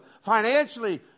financially